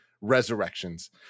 resurrections